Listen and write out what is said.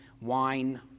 wine